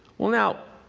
well now,